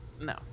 no